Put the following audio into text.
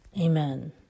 Amen